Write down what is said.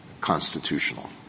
constitutional